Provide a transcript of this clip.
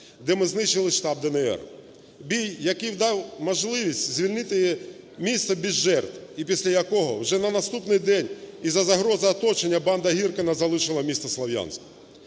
де ми знищили штаб "ДНР". Бій, який дав можливість звільнити місто без жертв і після якого вже на наступний день із-за загрози оточення банда Гіркіна залишила місто Слов'янськ.